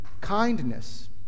kindness